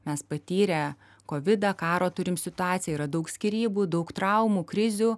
mes patyrę kovidą karo turim situaciją yra daug skyrybų daug traumų krizių